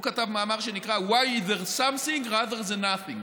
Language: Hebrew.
הוא כתב מאמר שנקרא: Why is there something rather than nothing?,